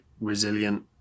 resilient